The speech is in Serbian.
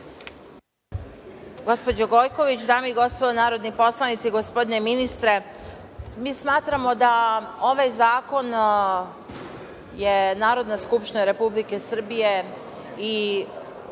Gospođo Gojković, dame i gospodo narodni poslanici, gospodine ministre, mi smatramo da ovaj zakon je Narodna skupština Republike Srbije i